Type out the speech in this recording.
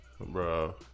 Bro